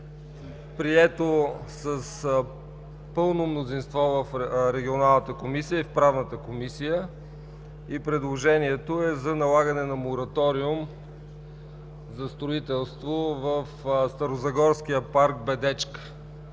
прието с пълно мнозинство в Регионалната комисия и в Правната комисия и то е за налагане на мораториум за строителство в старозагорския парк „Бедечка“.